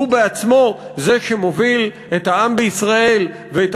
הוא בעצמו זה שמוביל את העם בישראל ואת